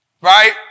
Right